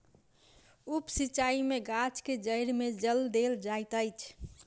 उप सिचाई में गाछ के जइड़ में जल देल जाइत अछि